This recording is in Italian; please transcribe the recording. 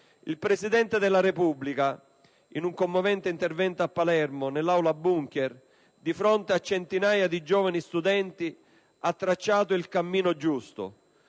Il Presidente della Repubblica, in un commovente intervento a Palermo, nell'aula *bunker*, di fronte a centinaia di giovani studenti, ha tracciato il cammino giusto.